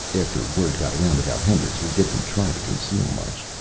after word got around about hendrix, we didn't try to conceal much.